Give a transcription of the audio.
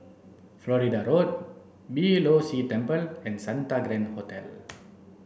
Florida Road Beeh Low See Temple and Santa Grand Hotel